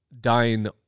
dying